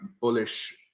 bullish